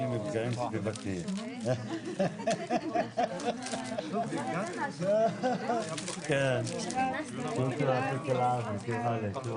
10:45.